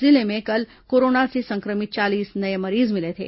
जिले में कल कोरोना से संक्रमित चालीस नये मरीज मिले थे